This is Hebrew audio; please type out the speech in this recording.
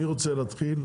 מי רוצה להתחיל?